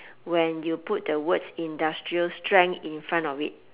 when you put the words industrial strength in front of it